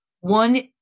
one